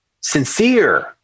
sincere